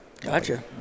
gotcha